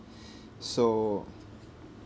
so